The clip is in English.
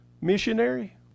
missionary